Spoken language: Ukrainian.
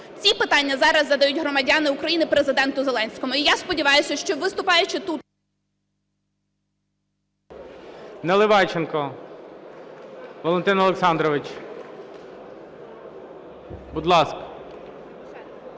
Ці питання зараз задають громадяни України, Президенту Зеленському. І я сподіваюсь, що, виступаючи тут... ГОЛОВУЮЧИЙ. Наливайченко Валентин Олександрович, будь ласка.